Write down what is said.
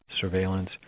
surveillance